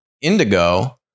Indigo